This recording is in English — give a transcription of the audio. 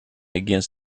against